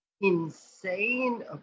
insane